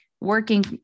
Working